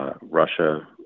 Russia